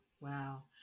Wow